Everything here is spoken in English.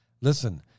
Listen